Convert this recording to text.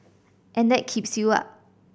and that keeps you up